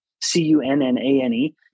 C-U-N-N-A-N-E